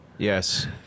Yes